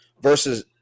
versus